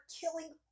killing